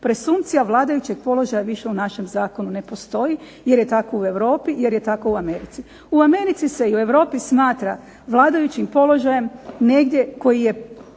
Presumpcija vladajućeg položaja više u našem zakonu ne postoji, jer je tako u Europi, jer je tako u Americi. U Americi se i u Europi smatra vladajućim položajem negdje koji je